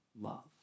love